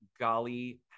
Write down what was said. Gali